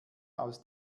aus